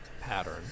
pattern